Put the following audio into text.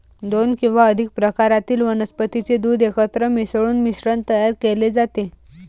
दोन किंवा अधिक प्रकारातील वनस्पतीचे दूध एकत्र मिसळून मिश्रण तयार केले जाते